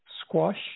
squash